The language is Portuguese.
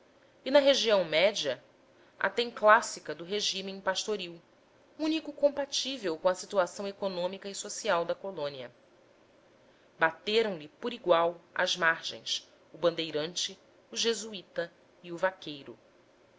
e na região média a terra clássica do regime pastoril único compatível com a situação econômica e social da colônia bateram lhe por igual as margens o bandeirante o jesuíta e o vaqueiro